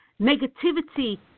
Negativity